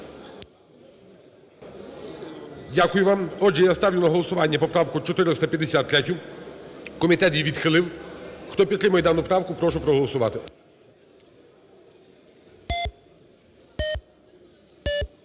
Дякую вам. Отже, я ставлю на голосування поправку 453. Комітет її відхилив. Хто підтримує дану правку, прошу проголосувати.